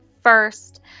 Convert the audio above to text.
first